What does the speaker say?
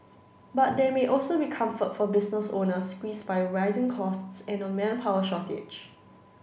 but there may also be comfort for business owners squeeze by rising costs and a manpower shortage